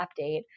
update